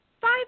five